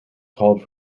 called